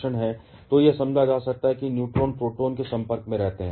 तो यह समझा जा सकता है कि न्यूट्रॉन प्रोटॉन के संपर्क में रहते हैं